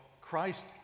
Christ